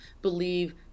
believe